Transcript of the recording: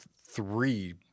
three